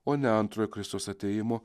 o ne antrojo kristaus atėjimo